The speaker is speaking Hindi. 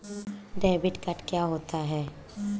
डेबिट कार्ड क्या होता है?